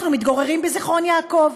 אנחנו מתגוררים בזיכרון יעקב,